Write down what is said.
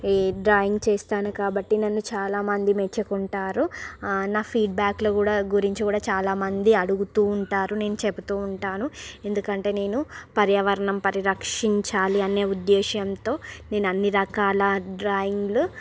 drawing చేస్తాను కాబట్టి నన్ను చాలామంది మెచ్చుకుంటారు నా ఫీడ్బ్యాక్లో గూడా గురించి గూడా చాలామంది అడుగుతూ ఉంటారు నేను చెపుతూ ఉంటాను ఎందుకంటే నేను పర్యావరణం పరిరక్షించాలి అనే ఉద్దేశ్యంతో నేను అన్నిరకాల డ్రాయింగ్లు